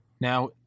Now